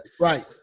right